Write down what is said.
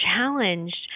challenged